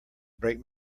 break